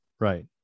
Right